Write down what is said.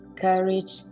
Courage